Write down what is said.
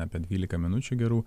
apie dvylika minučių gerų